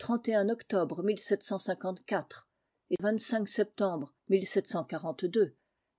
le octobre et septembre